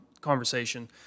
conversation